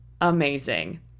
amazing